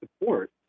support